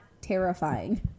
terrifying